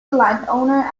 landowner